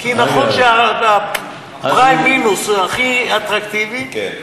כי נכון שהפריים מינוס הוא הכי אטרקטיבי, כן.